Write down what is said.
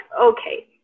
okay